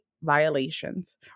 violations